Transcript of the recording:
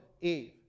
Eve